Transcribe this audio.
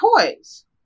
toys